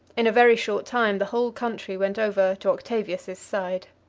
in a very short time the whole country went over to octavius's side.